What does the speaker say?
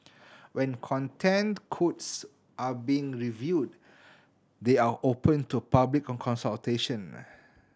when Content Codes are being reviewed they are open to public consultation